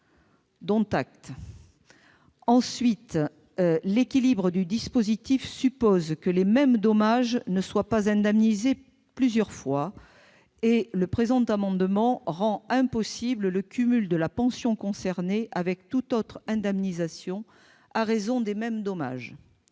Dont acte ! Ensuite, l'équilibre du dispositif suppose que les mêmes dommages ne soient pas indemnisés plusieurs fois. Le présent amendement vise à rendre impossible le cumul de la pension concernée avec toute autre indemnisation à raison des mêmes dommages.